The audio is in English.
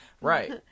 Right